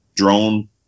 drone